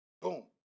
boom